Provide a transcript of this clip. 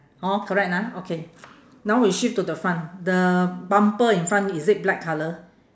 hor correct ah okay now we shift to the front the bumper in front is it black colour